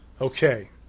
Okay